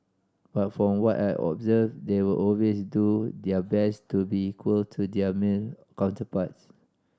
but from what I observed they will always do their best to be equal to their male counterparts